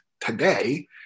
today